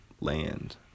land